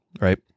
right